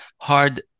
hard